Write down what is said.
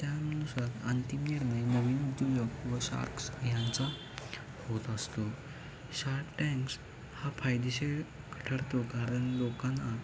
त्यानुसार अंतिम निर्णय नवीन उद्योजक व शार्क्स ह्यांचा होत असतो शार्क टँक्स हा फायदेशीर ठरतो कारण लोकांना